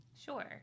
sure